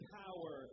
power